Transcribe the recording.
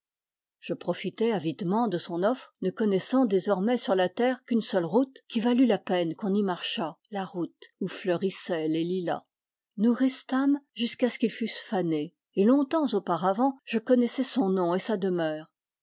je profitai avidement de son offre ne connaissant désormais sur la terre qu'une seule route qui valût la peine qu'on y marchât la route où fleurissaient les lilas nous restâmes jusqu'à ce qu'ils fussent fanés et longtemps auparavant je connaissais son nom et sa demeure